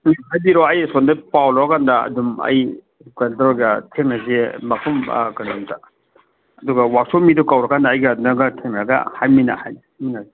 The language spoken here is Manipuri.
ꯍꯥꯏꯕꯤꯔꯣ ꯑꯩ ꯑꯁꯣꯝꯗ ꯄꯥꯎ ꯂꯧꯔ ꯀꯥꯟꯗ ꯑꯗꯨꯝ ꯑꯩ ꯀꯩꯅꯣ ꯇꯧꯔꯒ ꯊꯦꯡꯅꯁꯤ ꯃꯐꯝ ꯀꯩꯅꯣꯗ ꯑꯗꯨꯒ ꯋꯥꯛꯁꯣꯞ ꯃꯤꯗꯨ ꯀꯧꯔ ꯀꯥꯟꯗ ꯑꯩꯒ ꯅꯪꯒ ꯊꯦꯡꯅꯔꯒ ꯍꯥꯏꯃꯤꯟꯅꯁꯤ